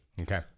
Okay